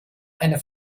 eine